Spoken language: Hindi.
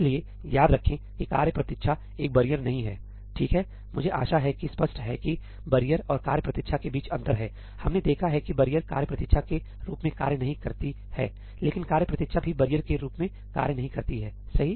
इसलिए याद रखें कि कार्य प्रतीक्षा एक बैरियर नहीं है ठीक है मुझे आशा है कि स्पष्ट है कि बैरियर और कार्य प्रतीक्षा के बीच अंतर है हमने देखा है कि बैरियर कार्य प्रतीक्षा के रूप में कार्य नहीं करती है लेकिन कार्य प्रतीक्षा भी बैरियर के रूप में कार्य नहीं करती है सही